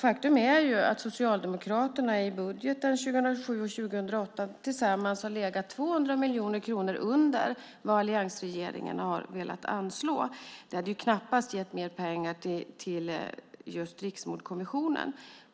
Faktum är att Socialdemokraterna i budgeten 2007 och 2008 tillsammans har legat 200 miljoner kronor under vad alliansregeringen har velat anslå. Det hade knappast gett mer pengar till just Riksmordkommissionen.